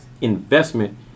investment